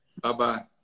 bye-bye